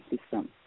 system